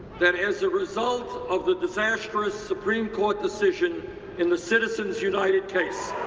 that as a result of the disastrous supreme court decision in the citizens united case